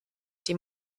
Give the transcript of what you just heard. die